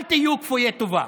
אל תהיו כפויי טובה.